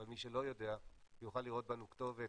אבל מי שלא יודע יוכל לראות בנו כתובת